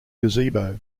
gazebo